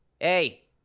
Hey